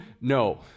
no